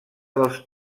dels